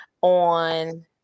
on